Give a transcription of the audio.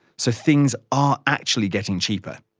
so things are actually getting cheaper.